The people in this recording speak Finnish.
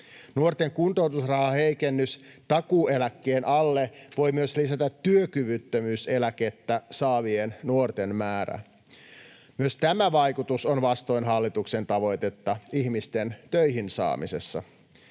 Nuorten kuntoutusrahaheikennys takuueläkkeen alle voi myös lisätä työkyvyttömyyseläkettä saavien nuorten määrää. Myös tämä vaikutus on vastoin hallituksen tavoitetta ihmisten töihin saamisessa.